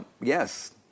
yes